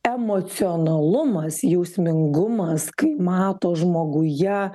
emocionalumas jausmingumas kai mato žmoguje